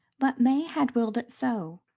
but may had willed it so,